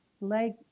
leg